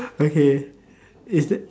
okay